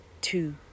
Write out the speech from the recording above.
Two